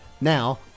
now